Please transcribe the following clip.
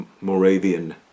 moravian